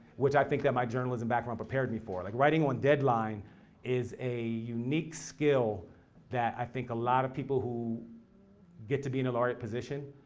which i think that my journalism background prepared me for. like writing on deadline is a unique skill that i think a lot of people who get to be in a laureate position,